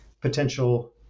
potential